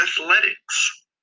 athletics